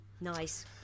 Nice